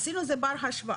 עשינו את זה בר השוואה.